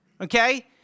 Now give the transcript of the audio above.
okay